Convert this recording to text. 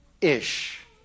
ish